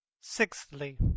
Sixthly